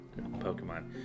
Pokemon